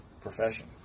profession